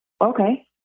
Okay